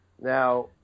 Now